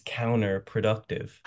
counterproductive